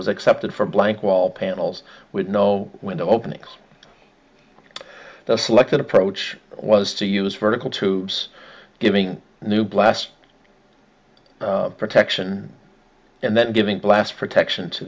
was accepted for blank wall panels with no window openings the selected approach was to use vertical tubes giving new blast protection and then giving blast protection to